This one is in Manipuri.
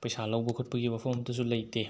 ꯄꯩꯁꯥ ꯂꯧꯕ ꯈꯣꯠꯄꯒꯤ ꯋꯥꯐꯝ ꯑꯃꯇꯁꯨ ꯂꯩꯇꯦ